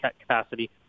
capacity